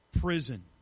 prison